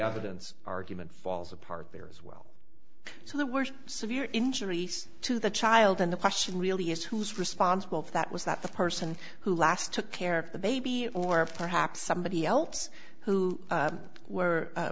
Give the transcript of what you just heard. other dence argument falls apart there as well so the worst severe injuries to the child and the question really is who's responsible for that was that the person who last took care of the baby or perhaps somebody else who were